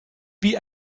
wie